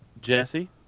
Jesse